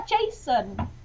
Jason